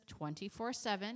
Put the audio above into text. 24-7